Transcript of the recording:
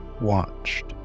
watched